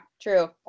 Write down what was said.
true